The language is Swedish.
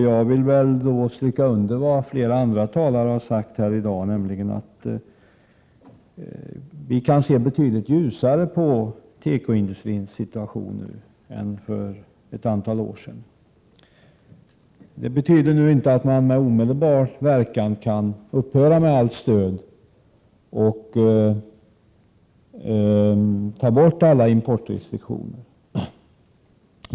Jag kan stryka under vad flera andra talare har sagt här i dag, nämligen att vi nu kan se betydligt ljusare på tekoindustrins situation än vi kunde göra för ett antal år sedan. Detta betyder inte att vi med omedelbar verkan kan upphöra med allt stöd och ta bort alla importrestriktioner.